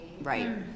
Right